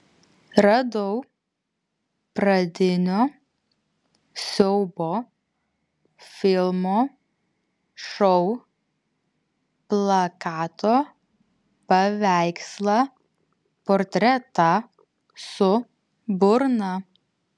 radau pradinio siaubo filmo šou plakato paveikslą portretą su burna